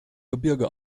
gebirge